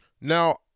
Now